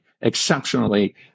exceptionally